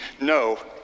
no